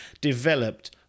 Developed